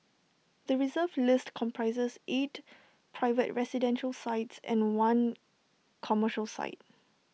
the Reserve List comprises eight private residential sites and one commercial site